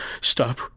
Stop